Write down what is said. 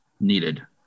needed